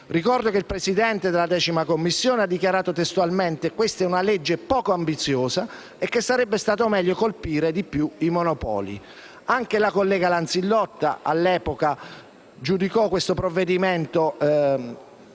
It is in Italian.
Ricordo che il Presidente della 10a Commissione ha dichiarato testualmente che questa è una legge poco ambiziosa e che sarebbe stato meglio colpire di più i monopoli. Anche la collega Lanzillotta, all'epoca, giudicò questo come un provvedimento